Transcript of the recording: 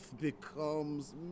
becomes